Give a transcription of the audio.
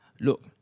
Look